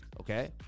okay